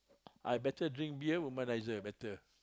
I better drink beer womanizer better